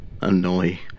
annoy